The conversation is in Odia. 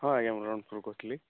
ହଁ ଆଜ୍ଞା ମୁଁ ରଣପୁର ରୁ କହୁଥିଲି